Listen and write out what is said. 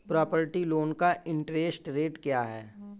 Property loan का interest rate क्या है?